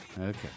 Okay